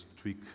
tweak